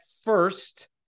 first